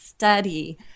study